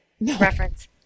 reference